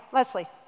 Leslie